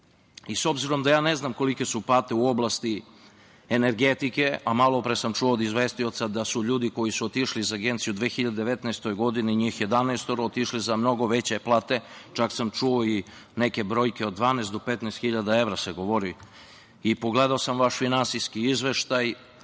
obzirom da ja ne znam kolike su plate u oblasti energetike, a malopre sam čuo od izvestioca da su ljudi koji su otišli iz agencije u 2019. godini, njih jedanaestoro otišli su za mnogo veće plate, čak sam čuo i neke brojke od 12 do 15 hiljada evra se govori, pogledao sam vaš finansijski izveštaj